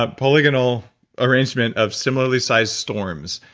ah polygonal arrangement of similarly sized storms.